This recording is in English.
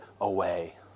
away